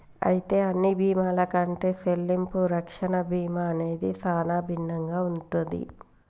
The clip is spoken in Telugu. అయితే అన్ని బీమాల కంటే సెల్లింపు రక్షణ బీమా అనేది సానా భిన్నంగా ఉంటది